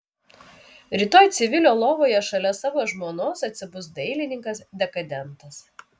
rytoj civilio lovoje šalia savo žmonos atsibus dailininkas dekadentas